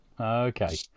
Okay